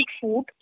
food